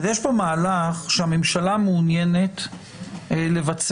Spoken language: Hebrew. אז יש פה מהלך שהממשלה מעוניינת לבצע,